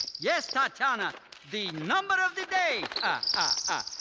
yes, tatiana, the number of the day! ah